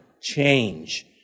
change